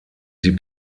sie